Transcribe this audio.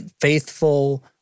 faithful